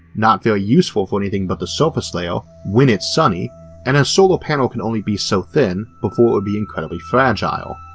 not very useful for anything but the surface layer when its sunny and a solar panel can only be so thin before it would be incredibly fragile.